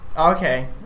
Okay